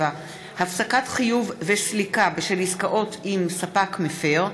7) (הפסקת חיוב וסליקה בשל עסקאות עם ספק מפר),